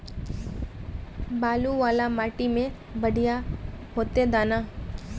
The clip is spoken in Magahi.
बालू वाला माटी में बढ़िया होते दाना?